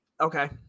Okay